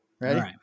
Ready